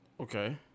Okay